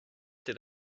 did